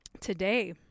today